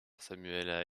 samuel